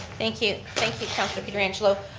thank you thank you councillor pietrangelo.